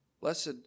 blessed